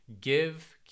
Give